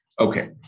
Okay